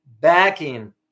backing